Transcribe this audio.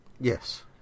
Yes